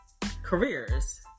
careers